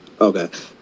Okay